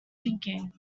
thinking